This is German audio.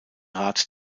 rat